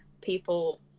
people